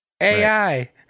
AI